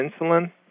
insulin